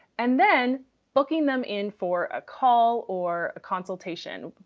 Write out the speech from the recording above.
and then booking them in for a call or a consultation.